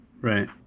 Right